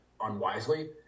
unwisely